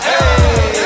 Hey